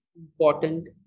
important